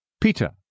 Peter